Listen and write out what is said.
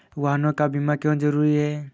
वाहनों का बीमा क्यो जरूरी है?